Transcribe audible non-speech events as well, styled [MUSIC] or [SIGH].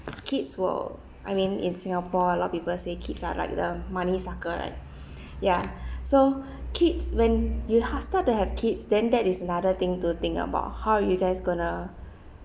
kids will I mean in singapore a lot of people say kids are like the money sucker right [BREATH] ya [BREATH] so [BREATH] kids when you h~ start to have kids then that is another thing to think about how you guys going to